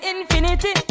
Infinity